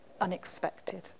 unexpected